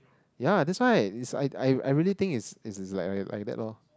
yeah that's why it's I I I really think it's it's it's like like like that lor